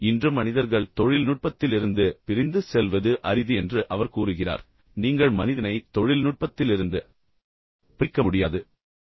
இன்று மனிதர்கள் தொழில்நுட்பத்திலிருந்து பிரிந்து செல்வது அரிது என்று அவர் கூறுகிறார் நீங்கள் மனிதனை தொழில்நுட்பத்திலிருந்து பிரிக்க முடியாது